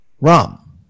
rum